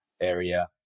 area